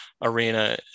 arena